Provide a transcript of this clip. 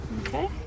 Okay